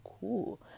cool